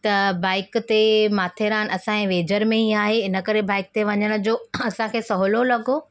त बाइक ते माथेरान असांजे वेझर में ई आहे हिन करे बाइक ते वञण जो असांखे सवलो लॻो